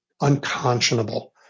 unconscionable